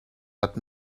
but